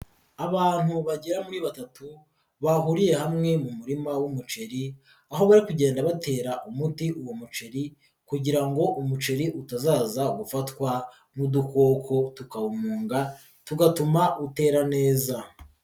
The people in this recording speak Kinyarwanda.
Abantu bagera muri batatu bahuriye hamwe mu murima w'umuceri aho bari kugenda batera umuti uwo muceri kugira ngo umuceri utazaza gufatwa n'udukoko tukawumunga tugatuma utera neza.